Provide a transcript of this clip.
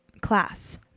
class